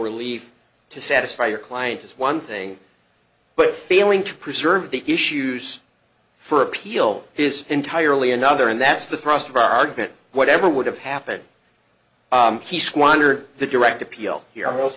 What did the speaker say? relief to satisfy your client is one thing but failing to preserve the issues for appeal is entirely another and that's the thrust of our argument whatever would have happened he squandered the direct appeal